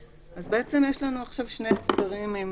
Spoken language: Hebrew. אז יש לנו עכשיו שני הסדרים עם